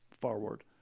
forward